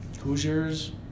Hoosiers